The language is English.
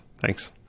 Thanks